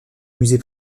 musée